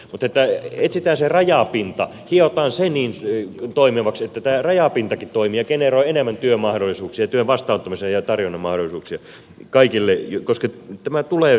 mutta etsitään se rajapinta hiotaan se niin toimivaksi että tämä rajapintakin toimii ja generoi enemmän työmahdollisuuksia työn vastaanottamisen ja tarjonnan mahdollisuuksia kaikille koska tämä hyvinvointi tulee vain työstä